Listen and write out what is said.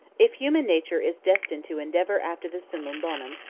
if human nature is destined to endeavour after the summum bonum,